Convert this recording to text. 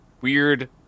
weird